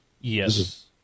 Yes